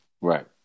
Right